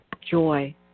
joy